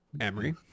Emery